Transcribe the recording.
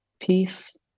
peace